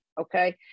Okay